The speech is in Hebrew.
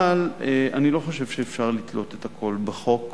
אבל אני לא חושב שאפשר לתלות את הכול בחוק.